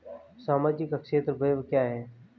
सामाजिक क्षेत्र व्यय क्या है?